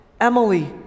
Emily